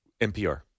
NPR